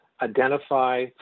identify